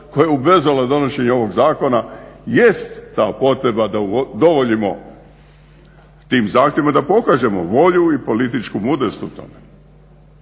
koja je obvezala donošenje ovog zakona, jest ta potreba da udovoljimo tim zahtjevima da pokažemo volju i političku mudrost u tome.